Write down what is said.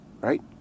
right